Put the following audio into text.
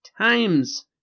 times